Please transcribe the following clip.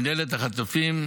מינהלת החטופים,